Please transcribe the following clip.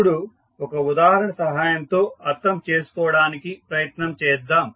ఇప్పుడు ఒక ఉదాహరణ సహాయంతో అర్థం చేసుకోవడానికి ప్రయత్నం చేద్దాం